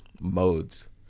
modes